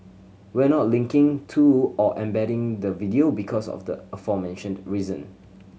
we're not linking to or embedding the video because of the aforementioned reason